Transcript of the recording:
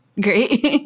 great